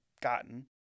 gotten